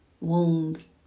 wounds